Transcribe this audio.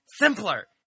simpler